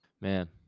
man